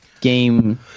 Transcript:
game